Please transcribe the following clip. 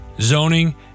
zoning